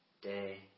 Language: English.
day